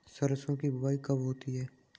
सरसों की बुआई कब होती है?